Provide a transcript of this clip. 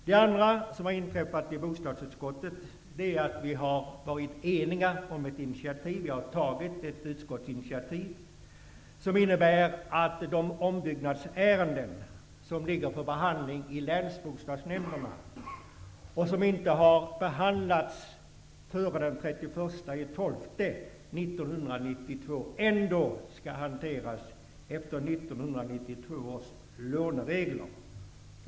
Det andra som inträffat i bostadsutskottet är att vi enigt har tagit ett utskottsinitiativ som innebär att de ombyggnadsärenden som ligger för behandling i Länsbostadsnämnderna vilka inte har behandlats före den 31 december 1992 ändå skall hanteras efter 1992 års låneregler.